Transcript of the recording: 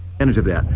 vantage of that,